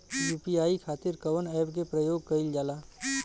UPI खातीर कवन ऐपके प्रयोग कइलजाला?